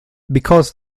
because